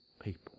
people